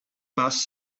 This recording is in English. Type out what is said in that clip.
bus